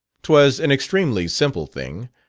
twas an extremely simple thing,